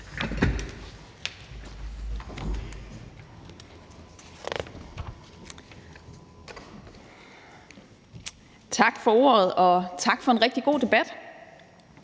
Tak for ordet, og tak for en rigtig god debat.